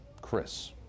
Chris